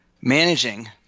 managing